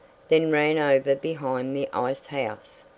then ran over behind the ice-house,